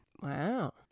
Wow